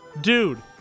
Dude